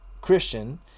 Christian